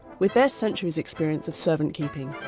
with their centuries' experience of servant keeping.